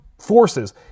forces